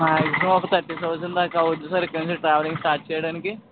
maximum ఒక thirty thousand దాకా అవుతుంది సార్ ఇక్కడి నుంచి ట్రావెలింగ్ స్టార్ట్ చేయడానికి